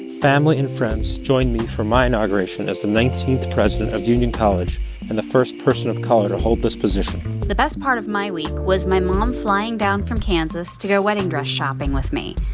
family and friends joined me for my inauguration as the nineteenth president of union college and the first person of color to hold this position the best part of my week was my mom flying down from kansas to go wedding dress shopping with me.